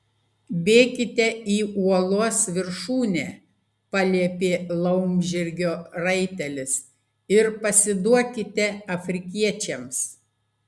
bėkite į uolos viršūnę paliepė laumžirgio raitelis ir pasiduokite afrikiečiams